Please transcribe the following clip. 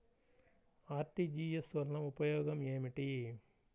RTGS వలన ఉపయోగం ఏమిటీ?